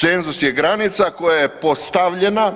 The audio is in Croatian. Cenzus je granica koja je postavljena